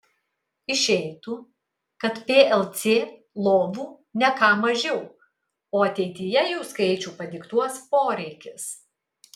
išeitų kad plc lovų ne ką mažiau o ateityje jų skaičių padiktuos poreikis